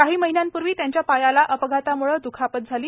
काही महिन्यांपूर्वी त्यांच्या पायाला अपघातामुळे दुखापत झाली